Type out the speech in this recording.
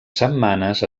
setmanes